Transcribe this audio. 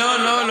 לא, לא,